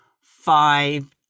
five